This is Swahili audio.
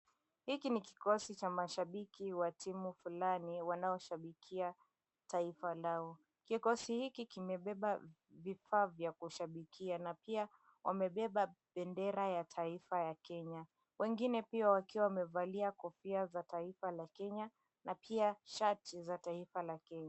Hiki ni kikosi cha mashabiki wa timu fulani wanaoshabikia taifa lao. Kikosi hiki kimebeba vifaa vya kushabikia na pia wabeba bendera ya taifa ya Kenya wengine pia wakiwa wamevalia kofia za taifa la Kenya na pia shati za taifa la Kenya.